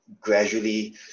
gradually